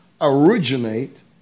originate